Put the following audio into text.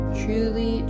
truly